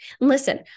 Listen